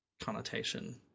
connotation